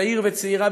צעיר וצעירה,